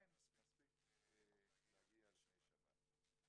אבל עדיין נספיק להגיע לפני שבת.